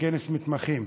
כנס מתמחים.